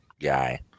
guy